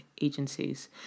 agencies